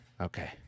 Okay